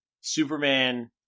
Superman